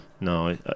No